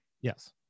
Yes